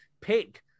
pick